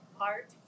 art